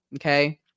okay